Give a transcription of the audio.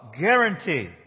guarantee